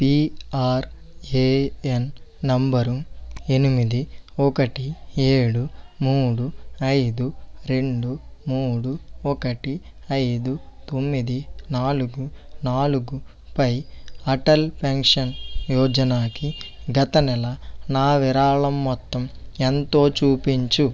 PRAN number ఎనిమిది ఒకటి ఏడు మూడు అయిదు రెండు మూడు ఒకటి అయిదు తొమ్మిది నాలుగు నాలుగుపై అటల్ పెన్షన్ యోజనాకి గత నెల నా విరాళం మొత్తం ఎంతో చూపించుము